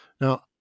Now